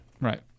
Right